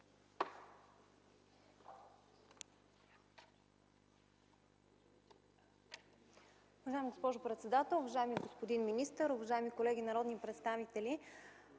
Уважаема госпожо председател, уважаеми господин министър, уважаеми колеги народни представители!